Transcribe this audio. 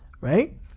Right